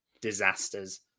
disasters